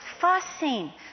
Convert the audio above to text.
fussing